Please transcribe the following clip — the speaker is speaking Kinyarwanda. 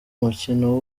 umukino